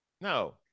No